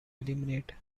eliminate